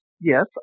Yes